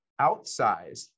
outsized